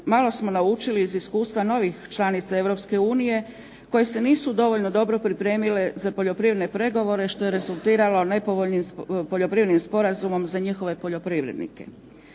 malo smo naučili iz iskustva novih članica Europske unije koje se nisu dovoljno dobro pripremile za poljoprivredne pregovore što je rezultiralo nepovoljnim poljoprivrednim sporazumom za njihove poljoprivrednike.